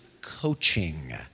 coaching